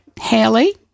haley